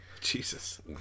Jesus